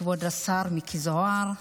כבוד השר מיקי זוהר,